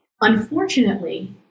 Unfortunately